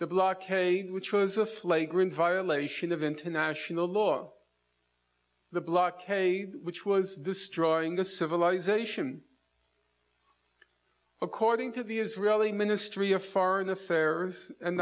the blockade which was a flagrant violation of international law the blockade which was destroying the civilization according to the israeli ministry of foreign affairs and